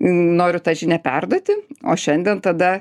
noriu tą žinią perduoti o šiandien tada